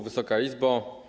Wysoka Izbo!